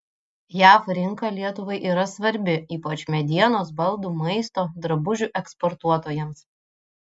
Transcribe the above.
jav rinka lietuvai yra svarbi ypač medienos baldų maisto drabužių eksportuotojams